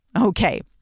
Okay